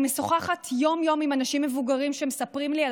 אני משוחחת יום-יום עם אנשים מבוגרים שמספרים לי על